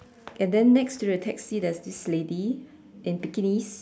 and then next to the taxi there is this lady in bikinis